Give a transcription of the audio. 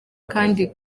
kandi